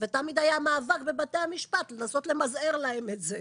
ותמיד היה המאבק בבתי המשפט לנסות למזער להם את זה,